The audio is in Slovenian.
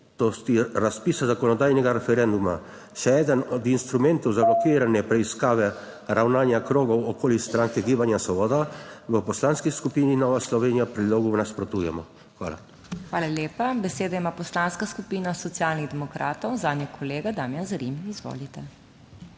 razpisa zakonodajnega referenduma še eden od instrumentov za blokiranje preiskave ravnanja krogov okoli stranke Gibanja Svoboda, v Poslanski skupini Nova Slovenija predlogu nasprotujemo. Hvala. PODPREDSEDNICA MAG. MEIRA HOT: Hvala lepa. Besedo ima Poslanska skupina Socialnih demokratov, zanjo kolega Damijan Zrim. Izvolite.